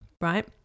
right